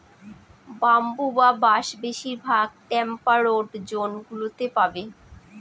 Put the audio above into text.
bamboo বা বাঁশ বেশিরভাগ টেম্পারড জোন গুলোতে পাবে